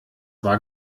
war